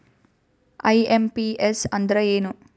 IMPS ಅಂದ್ರ ಏನು?